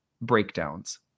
breakdowns